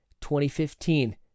2015